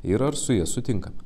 ir ar su ja sutinkame